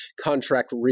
contract